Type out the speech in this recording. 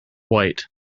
white